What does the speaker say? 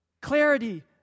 Clarity